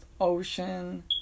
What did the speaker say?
ocean